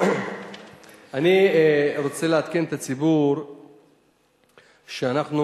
אני רוצה לעדכן את הציבור שאנחנו,